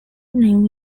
new